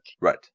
Right